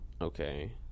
okay